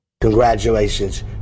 Congratulations